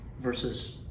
versus